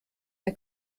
der